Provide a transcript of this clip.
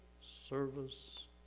service